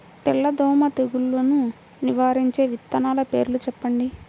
తెల్లదోమ తెగులును నివారించే విత్తనాల పేర్లు చెప్పండి?